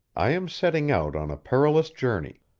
i am setting out on a perilous journey.